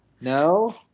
No